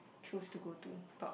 choose to go to but